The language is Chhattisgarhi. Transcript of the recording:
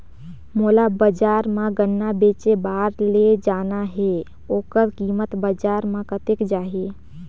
मोला बजार मां गन्ना बेचे बार ले जाना हे ओकर कीमत बजार मां कतेक जाही?